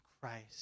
Christ